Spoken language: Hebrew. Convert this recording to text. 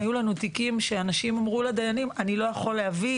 היו לנו תיקים שאנשים אמרו לדיינים: אני לא יכול להביא,